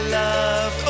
love